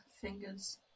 Fingers